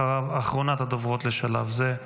אחריו, אחרונת הדוברות לשלב זה,